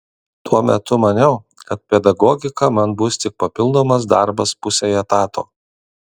tuo metu maniau kad pedagogika man bus tik papildomas darbas pusei etato